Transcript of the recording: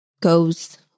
goes